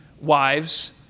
wives